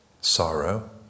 Sorrow